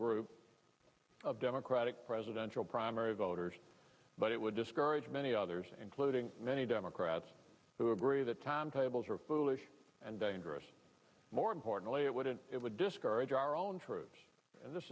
group of democratic presidential primary voters but it would discourage many others including many democrats who agree that timetables are foolish and dangerous more importantly it wouldn't it would discourage our own troops and this